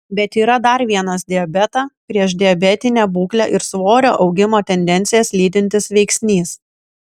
bet yra dar vienas diabetą priešdiabetinę būklę ir svorio augimo tendencijas lydintis veiksnys